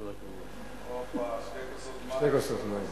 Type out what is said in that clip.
הופה, שתי כוסות מים.